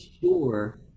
sure